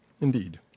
Indeed